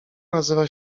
nazywa